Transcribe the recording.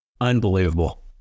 Unbelievable